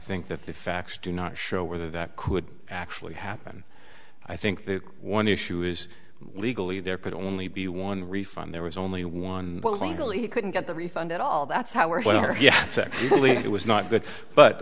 think that the facts do not show whether that could actually happen i think the one issue is legally there could only be one refund there was only one legally you couldn't get the refund at all that's how or whether you believe it was not good but